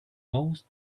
most